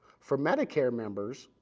for medicare members,